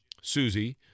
Susie